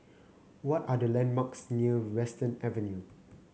what are the landmarks near Western Avenue